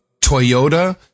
Toyota